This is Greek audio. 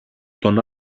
τον